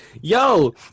yo